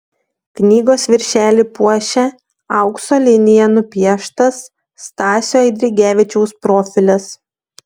knygos viršelį puošia aukso linija nupieštas stasio eidrigevičiaus profilis